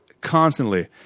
constantly